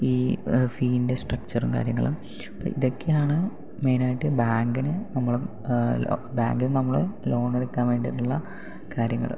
ഈ ഫീൻ്റെ സ്ട്രക്ച്ചറും കാര്യങ്ങളും ഇതൊക്കെയാണ് മെയിനായിട്ട് ബാങ്കിന് നമ്മള് ബാങ്കിൽ നിന്ന് നമ്മൾ ലോണെടുക്കാൻ വേണ്ടീട്ടുള്ള കാര്യങ്ങൾ